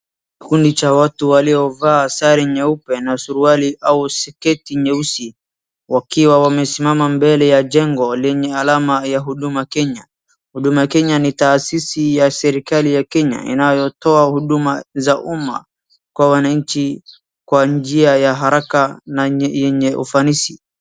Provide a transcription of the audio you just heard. Kikundi cha watu waliovaa sare nyepu na suruali au sketi nyeusi wakiwa wamesimama mbele ya jengo lenye alama ya Huduma Kenya. Huduma Kenya ni taasisi ya serikali ya Kenya, inayotoa huduma za uma kwa wananchi kwa njia ya haraka na yenye ufanisi.